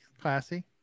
Classy